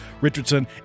Richardson